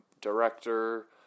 director